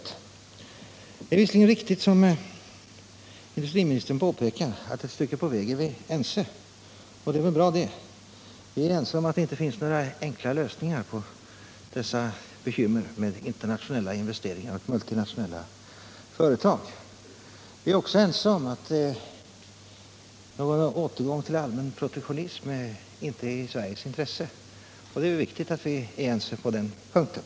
Det är visserligen riktigt som industriministern påpekar att ett stycke på väg är vi ense, och det är ju bra det. Vi är eniga om att det inte finns några enkla lösningar på dessa bekymmer med internationella investeringar och multinationella företag. Vi är också överens om att någon återgång till allmän protektionism inte är i Sveriges intresse — och det är viktigt att vi är ense på den punkten.